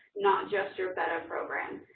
not just your beda program.